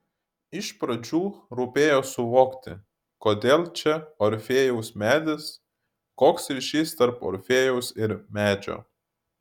iš pradžių rūpėjo suvokti kodėl čia orfėjaus medis koks ryšys tarp orfėjaus ir medžio